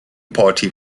party